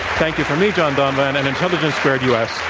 thank you from me, john donvan, and intelligence squared u. s.